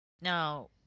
Now